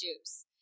juice